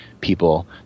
people